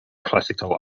classical